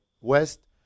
west